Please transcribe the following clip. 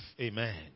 amen